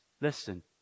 listen